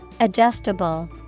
Adjustable